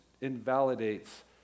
invalidates